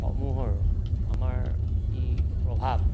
সমূহৰ আমাৰ যি প্ৰভাৱ